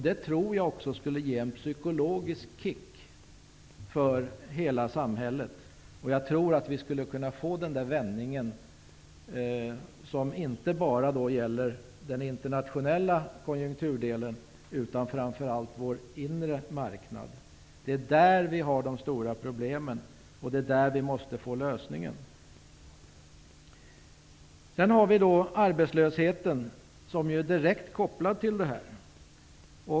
Jag tror att det skulle vara en psykologisk kick för hela samhället och dessutom tror jag att vi skulle kunna få en vändning som inte bara gäller den internationella konjunkturdelen utan också, och framför allt, vår inre marknad. Det är där vi har de stora problemen, och det är där vi måste hitta en lösning. Sedan har vi arbetslösheten, som ju är direkt kopplad till detta.